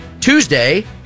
Tuesday